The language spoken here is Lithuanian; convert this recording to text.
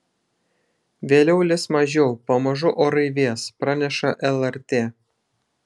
vėliau lis mažiau pamažu orai vės praneša lrt